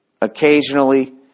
Occasionally